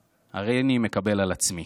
/ הריני מקבל על עצמי".